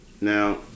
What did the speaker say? Now